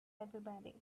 everybody